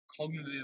cognitive